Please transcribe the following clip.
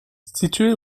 située